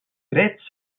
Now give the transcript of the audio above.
drets